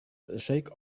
shake